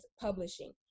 publishing